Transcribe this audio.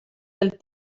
pel